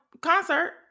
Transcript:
concert